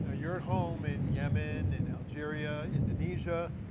ah you're at home in yemen, in algeria, indonesia,